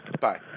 Bye